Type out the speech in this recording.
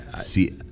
see